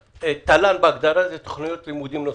תל"ן בהגדרה שלה היא תכנית לימודים נוספת.